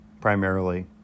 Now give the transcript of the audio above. primarily